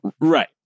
Right